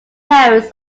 parents